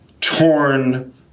torn